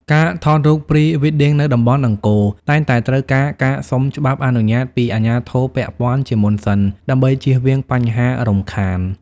ការថតរូប Pre-wedding នៅតំបន់អង្គរ តែងតែត្រូវការការសុំច្បាប់អនុញ្ញាតពីអាជ្ញាធរពាក់ព័ន្ធជាមុនសិន ដើម្បីជៀសវាងបញ្ហារំខាន។